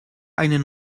eine